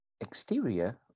exterior